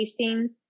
tastings